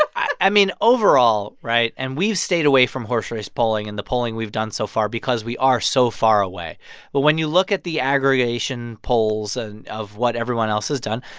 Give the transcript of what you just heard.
i mean, overall right? and we've stayed away from horse race polling in the polling we've done so far because we are so far away. but when you look at the aggregation polls and of what everyone else has done,